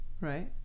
right